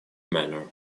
manner